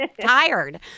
tired